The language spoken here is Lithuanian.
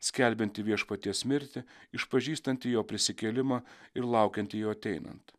skelbianti viešpaties mirtį išpažįstanti jo prisikėlimą ir laukianti jo ateinant